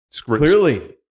clearly